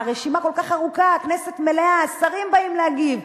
הרשימה כל כך ארוכה, הכנסת מלאה, שרים באים להגיב,